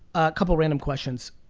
couple random questions.